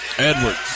Edwards